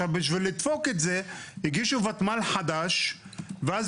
בשביל לדפוק את זה הגישו ותמ"ל חדש ואז